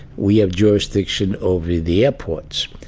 we have jurisdiction over the airports.